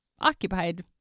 occupied